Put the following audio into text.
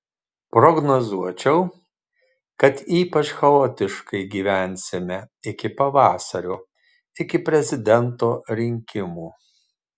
prognozuočiau kad ypač chaotiškai gyvensime iki pavasario iki prezidento rinkimų